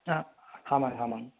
ஆமாங்க ஆமாங்க